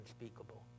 unspeakable